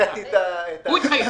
הוא התחייב.